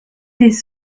des